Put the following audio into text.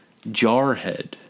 Jarhead